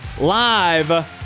live